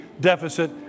deficit